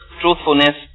truthfulness